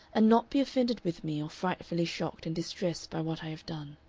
and not be offended with me or frightfully shocked and distressed by what i have done.